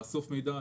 לאסוף מידע,